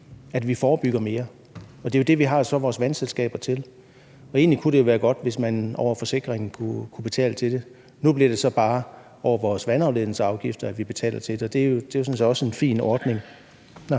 vi forebygger mere. Det er jo det, vi så har vores vandselskaber til. Egentlig kunne det jo være godt, hvis man over forsikringen kunne betale til det. Nu bliver det så bare over vores vandafledningsafgifter, at vi betaler til det, og det er jo sådan set også en fin ordning. Kl.